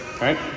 right